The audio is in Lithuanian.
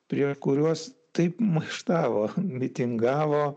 prie kuriuos taip maištavo mitingavo